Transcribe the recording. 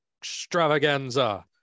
extravaganza